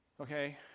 Okay